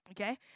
okay